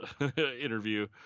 Interview